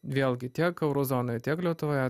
vėlgi tiek euro zonoje tiek lietuvoje